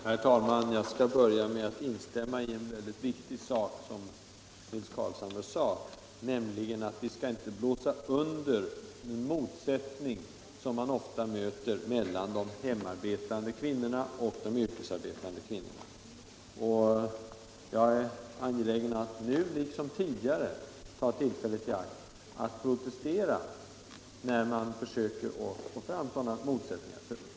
Herr talman! Jag skall börja med att instämma på en viktig punkt som herr Carlshamre nämnde, nämligen att man inte skall blåsa under motsättningar mellan de hemarbetande kvinnorna och de yrkesarbetande kvinnorna. Jag är angelägen att nu liksom tidigare ta tillfället i akt att protestera när man försöker få fram sådana känslor.